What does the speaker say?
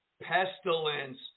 Pestilence